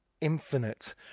infinite